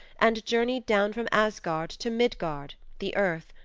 and journeyed down from asgard to midgard, the earth,